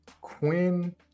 Quinn